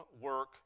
work